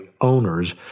owners